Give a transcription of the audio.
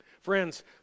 Friends